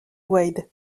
wade